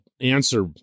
answer